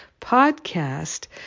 podcast